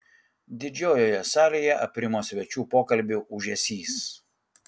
didžiojoje salėje aprimo svečių pokalbių ūžesys